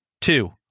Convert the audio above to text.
Two